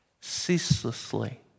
ceaselessly